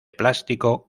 plástico